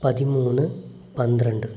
പതിമൂന്ന് പന്ത്രണ്ട്